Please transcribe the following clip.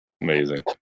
Amazing